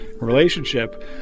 relationship